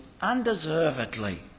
undeservedly